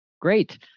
Great